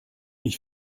ich